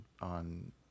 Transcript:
on